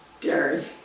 dairy